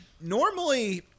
Normally